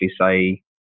say